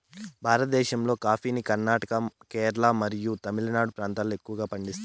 భారతదేశంలోని కాఫీని కర్ణాటక, కేరళ మరియు తమిళనాడు ప్రాంతాలలో ఎక్కువగా పండిస్తారు